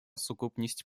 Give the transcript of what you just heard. сукупність